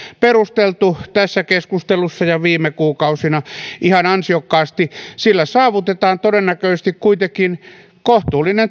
perusteltu tässä keskustelussa ja viime kuukausina ihan ansiokkaasti sillä saavutetaan todennäköisesti kuitenkin kohtuullinen